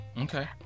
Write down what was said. Okay